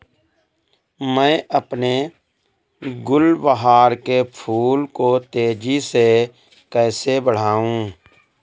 मैं अपने गुलवहार के फूल को तेजी से कैसे बढाऊं?